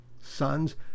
sons